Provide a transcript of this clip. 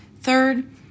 Third